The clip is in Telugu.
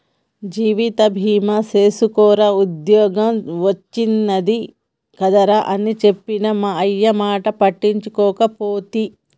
జీవిత బీమ సేసుకోరా ఉద్ద్యోగం ఒచ్చినాది కదరా అని చెప్పిన మా అయ్యమాట పట్టించుకోకపోతి